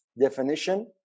definition